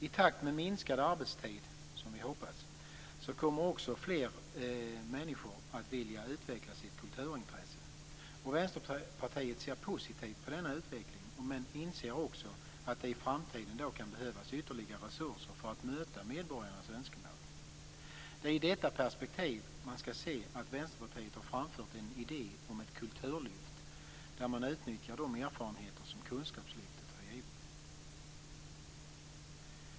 I takt med minskad arbetstid, som vi hoppas på, kommer också fler människor att vilja utveckla sitt kulturintresse. Vänsterpartiet ser positivt på denna utveckling men inser också att det i framtiden då kan behövas ytterligare resurser för att möta medborgarnas önskemål. Det är i detta perspektiv man skall se att Vänsterpartiet har framfört en idé om ett kulturlyft, där man utnyttjar de erfarenheter som kunskapslyftet har givit.